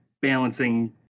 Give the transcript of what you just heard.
balancing